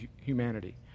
humanity